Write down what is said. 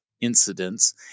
incidents